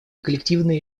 коллективные